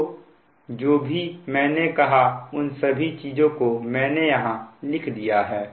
तो जो भी मैंने कहा उन सभी चीजों को मैंने यहां लिख दिया है